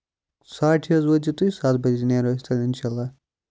ساڑِ شیٚیہِ حظ وٲتزیٚو تُہۍ سَتہِ بَجہِ نیرو أسۍ تیٚلہِ اِنشاءاللہ